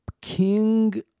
King